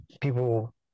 People